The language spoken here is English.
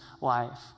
life